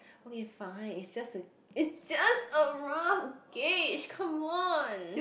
okay fine it's just a it's just a rough gauge come on